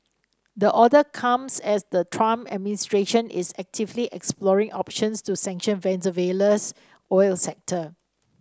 the order comes as the Trump administration is actively exploring options to sanction Venezuela's oil sector